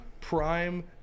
Prime